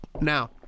Now